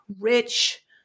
rich